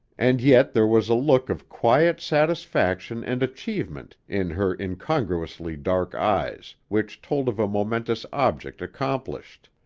and yet there was a look of quiet satisfaction and achievement in her incongruously dark eyes which told of a momentous object accomplished.